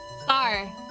Star